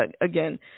Again